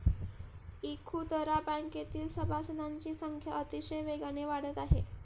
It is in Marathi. इखुदरा बँकेतील सभासदांची संख्या अतिशय वेगाने वाढत आहे